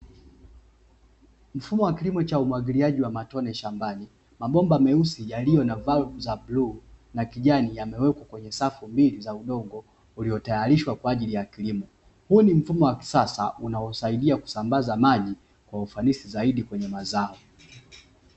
Mfumo wa kilimo cha umwagiliaji wa matone shambani mabomba meusi yaliyo na balbu ya bluu na kijani, yamewekwa kwenye safu mbili za udongo zilizotayarishwa kwa ajili ya kilimo ni mfumo wa kisasa, unaosaidia kusambaza maji kwa ufanisi zaidi kwenye mazao.